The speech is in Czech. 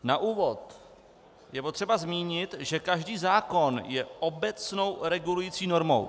Na úvod je potřeba zmínit, že každý zákon je obecnou regulující normou.